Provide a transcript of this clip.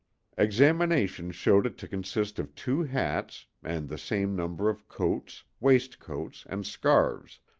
examination showed it to consist of two hats, and the same number of coats, waistcoats and scarves,